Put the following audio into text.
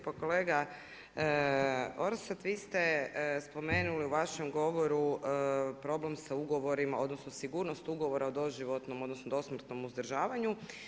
Pa kolega Orsat, vi ste spomenuli u vašem govoru problem sa ugovorima, odnosno sigurnost ugovora o doživotnom, odnosno do smrtnom uzdržavanju.